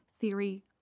theory